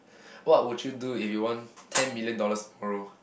what would you do if you won ten million dollars bro